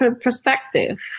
perspective